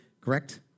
correct